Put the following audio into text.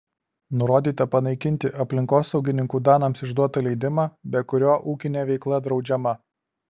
nurodyta panaikinti aplinkosaugininkų danams išduotą leidimą be kurio ūkinė veikla draudžiama